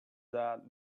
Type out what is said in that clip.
that